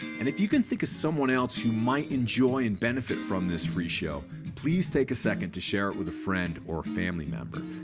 and if you can think of someone else who might enjoy and benefit from this free show please take a second to share it with a friend or family member.